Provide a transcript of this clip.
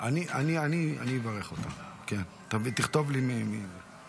אני קובע כי הצעת חוק לתיקון פקודת מס הכנסה (קרן